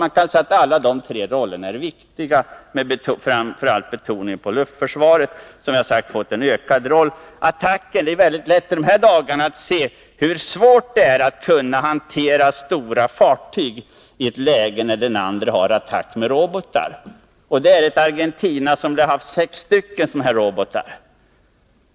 Man kan säga att alla de tre rollerna är viktiga, med betoning framför allt på luftförsvaret, vilket — som jag sagt — fått en ökad betydelse. När det gäller attackfunktionen kan vi genom de senaste veckorna i Sydatlanten se hur svårt det är att hantera stora fartyg i ett läge, där den andra sidan har attackplan med robotar. Argentina lär ha haft sex robotar.